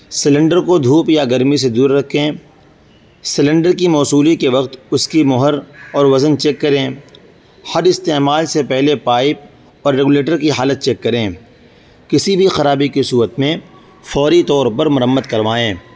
cylinder کو دھوپ یا گرمی سے دور رکھیں سلینڈر کی موصولی کے وقت اس کی مہر اور وزن چیک کریں ہر استعمال سے پہلے پائپ اور ریگولیٹر کی حالت چیک کریں کسی بھی خرابی کی صورت میں فوری طور پر مرمت کروائیں